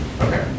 Okay